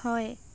হয়